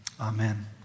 amen